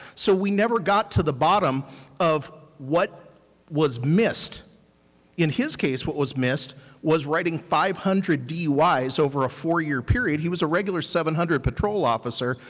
so we never got to the bottom of what was missed in his case what was missed was writing five hundred duis over a four-year period. he was a regular seven hundred patrol officer.